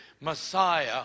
Messiah